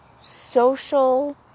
social